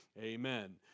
amen